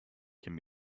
can